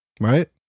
right